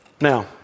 Now